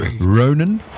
Ronan